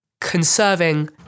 conserving